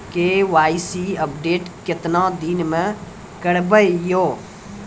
KYC update केतना दिन मे करेबे यो?